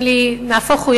נהפוך הוא,